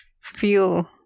feel